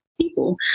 people